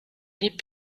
les